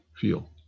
feel